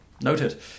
Noted